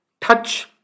touch